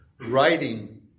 writing